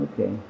Okay